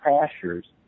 pastures